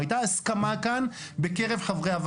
מי בעד ההסתייגות של הליכוד?